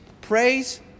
praise